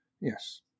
Yes